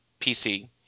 PC